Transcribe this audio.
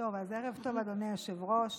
ערב טוב, אדוני היושב-ראש.